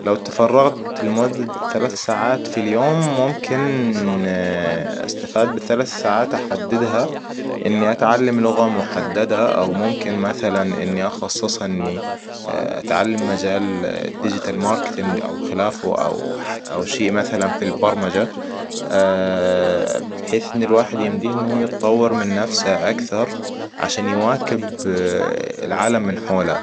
لو تفرغت لمدة ثلاث ساعات في اليوم ممكن استفاد بثلاث ساعات أحددها إني أتعلم لغة محددة او ممكن مثلاً إني أخصصها إني أتعلم مجال ديجيتال ماركتينج أو خلافه أو او شيء مثلاً في البرمجة بحيث ان الواحد يمديه ان هو يتطور من نفسه اكثر. عشان يواكب العالم من حوله